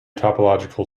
topological